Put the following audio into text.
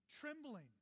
trembling